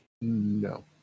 No